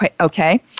okay